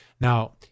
Now